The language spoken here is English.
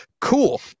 Cool